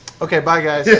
okay, bye, guys. yeah